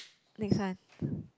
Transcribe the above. next one